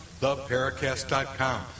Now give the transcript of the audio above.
theparacast.com